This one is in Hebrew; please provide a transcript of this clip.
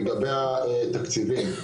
לגבי התקציבים,